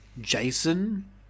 Jason